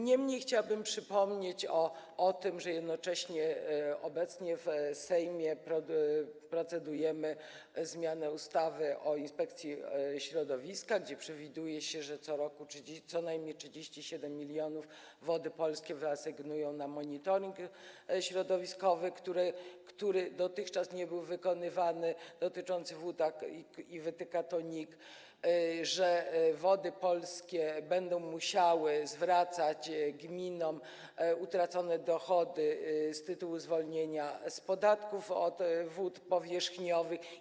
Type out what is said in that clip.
Niemniej chciałabym przypomnieć o tym, że jednocześnie obecnie w Sejmie procedujemy nad zmianą ustawy o Inspekcji Ochrony Środowiska, gdzie przewiduje się, że co roku co najmniej 37 mln Wody Polskie wyasygnują na monitoring środowiskowy, który dotychczas nie był wykonywany, dotyczący wód, i wytyka to NIK - Wody Polskie będą musiały zwracać gminom utracone dochody z tytułu zwolnienia z podatków od wód powierzchniowych.